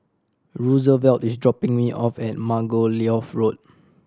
Rosevelt is dropping me off at Margoliouth Road